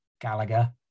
Gallagher